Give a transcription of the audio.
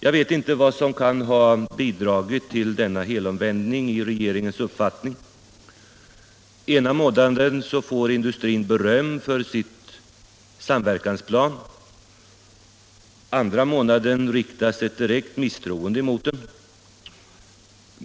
Jag vet inte vad som kan ha bidragit till denna helomvändning i regeringens uppfattning. Ena månaden får industrin beröm för sin samverkansplan, andra månaden riktas ett direkt misstroende mot den.